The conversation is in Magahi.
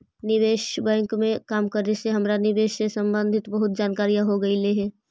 निवेश बैंक में काम करे से हमरा निवेश से संबंधित बहुत जानकारियाँ हो गईलई हे